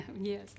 Yes